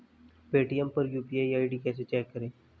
Paytm पर UPI ID कैसे check करें?